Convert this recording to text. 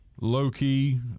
low-key